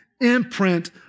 imprint